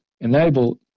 enable